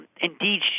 Indeed